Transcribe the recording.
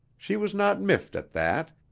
she was not miffed at that,